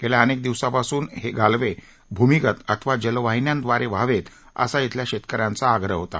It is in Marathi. गेल्या अनेक दिवसांपासून हे कालवे भूमिगत अथवा जलवाहिन्यां द्वारे व्हावेत असा श्विल्या शेतकऱ्यांचा आग्रह होता